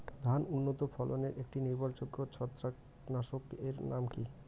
ধান উন্নত ফলনে একটি নির্ভরযোগ্য ছত্রাকনাশক এর নাম কি?